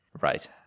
right